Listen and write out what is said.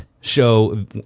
Show